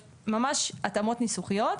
יש ממש התאמות ניסוחיות.